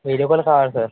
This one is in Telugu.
వీడియో కూడా కావాలి సార్